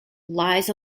lies